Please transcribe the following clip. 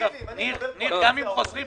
תגיד לי אם אני --- פה אופוזיציה או קואליציה.